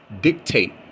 dictate